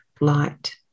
light